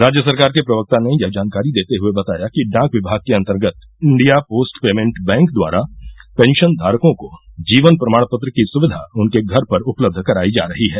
राज्य सरकार के प्रवक्ता ने यह जानकारी देते हुए बताया कि डाक विभाग के अन्तर्गत इंडिया पोस्ट पेंमेंट बैंक द्वारा पेंशन धारकों को जीवन प्रमाण पत्र की सुक्विया उनके घर पर उपलब्ध कराई जा रही है